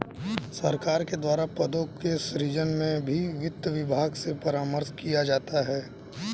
सरकार के द्वारा पदों के सृजन में भी वित्त विभाग से परामर्श किया जाता है